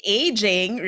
aging